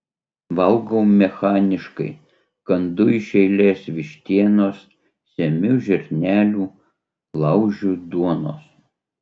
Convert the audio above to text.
valgau mechaniškai kandu iš eilės vištienos semiu žirnelių laužiu duonos